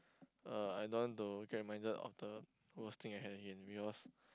uh I don't want to get reminded of the worst thing I had it in because